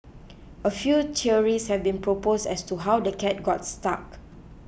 a few theories have been proposed as to how the cat got stuck